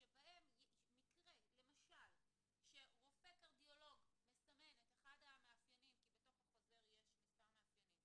שבהם מקבלים חוות דעת של קרדיולוג והיא מתאימה